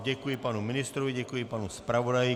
Děkuji panu ministrovi, děkuji panu zpravodaji.